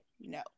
No